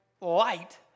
light